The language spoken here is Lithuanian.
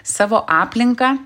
savo aplinką